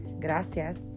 Gracias